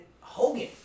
Hogan